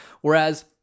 Whereas